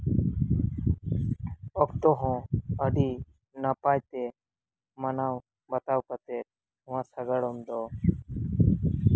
ᱚᱠᱛᱚ ᱦᱚᱸ ᱟᱹᱰᱤ ᱱᱟᱯᱟᱭ ᱛᱮ ᱢᱟᱱᱟᱣ ᱵᱟᱛᱟᱣ ᱠᱟᱛᱮ ᱱᱚᱣᱟ ᱥᱟᱜᱟᱲᱚᱢ ᱫᱚ